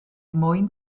mwyn